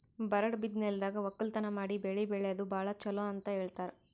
ಬರಡ್ ಬಿದ್ದ ನೆಲ್ದಾಗ ವಕ್ಕಲತನ್ ಮಾಡಿ ಬೆಳಿ ಬೆಳ್ಯಾದು ಭಾಳ್ ಚೊಲೋ ಅಂತ ಹೇಳ್ತಾರ್